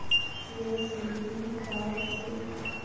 ये सीबिल का होथे?